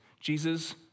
Jesus